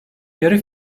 yarı